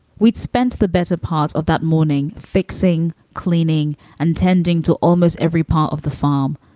we'd spent the better part of that morning fixing, cleaning and tending to almost every part of the farm.